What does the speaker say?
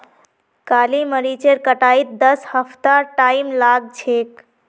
काली मरीचेर कटाईत दस हफ्तार टाइम लाग छेक